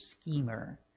schemer